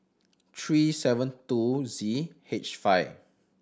three seven two Z H five